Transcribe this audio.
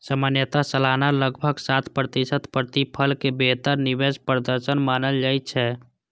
सामान्यतः सालाना लगभग सात प्रतिशत प्रतिफल कें बेहतर निवेश प्रदर्शन मानल जाइ छै